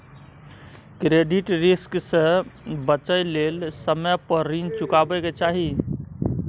credit risk से बचइ लेल समय पर रीन चुकाबै के चाही